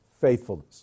faithfulness